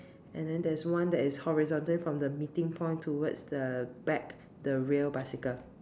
and then that's one that is horizontally from the meeting point towards the back the rear bicycle